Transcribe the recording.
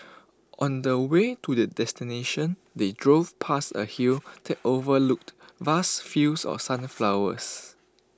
on the way to their destination they drove past A hill that overlooked vast fields of sunflowers